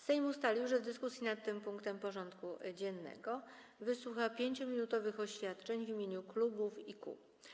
Sejm ustalił, że w dyskusji nad tym punktem porządku dziennego wysłucha 5-minutowych oświadczeń w imieniu klubów i kół.